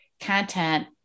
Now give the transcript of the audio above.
content